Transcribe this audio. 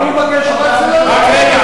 שקר.